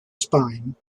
spine